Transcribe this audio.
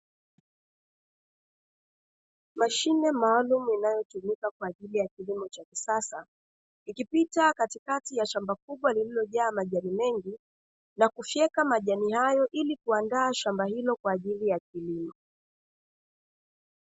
Mashine maalum inayotumika kwaajili ya kilimo cha kisasa, ikipita katikati ya shamba kubwa lililojaa majani mengi na kufyeka majani hayo ili kuandaa shamba hilo kwaajili ya kulima.